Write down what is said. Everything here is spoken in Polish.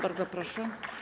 Bardzo proszę.